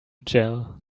gel